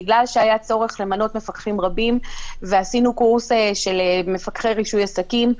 בגלל שהיה צורך למנות מפקחים רבים ועשינו קורס של מפקחי רישוי עסקים.